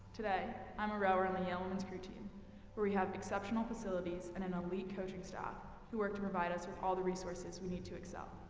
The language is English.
today, i'm a rower on the yale women's crew team, where we have exceptional facilities and an elite coaching staff who work to provide us with all the resources we need to excel.